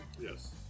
Yes